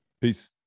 Peace